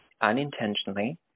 unintentionally